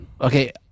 Okay